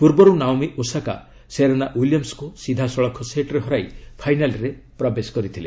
ପୂର୍ବରୁ Naomi Osaka Serena ୱିଲିମ୍ବଙ୍କୁ ସିଧାସଳଖ ସେଟ୍ରେ ହରାଇ ଫାଇନାଲ୍ରେ ପ୍ରବେଶ କରିଥିଲେ